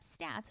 stats